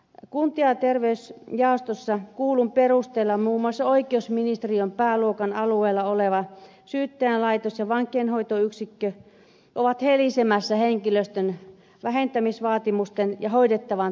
kunta ja terveysjaostossa kuullun perusteella muun muassa oikeusministeriön pääluokan alueella oleva syyttäjälaitos ja vankeinhoitoyksikkö ovat helisemässä henkilöstön vähentämisvaatimusten ja hoidettavan työn välissä